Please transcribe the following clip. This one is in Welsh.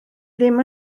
ddim